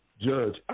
Judge